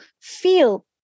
feel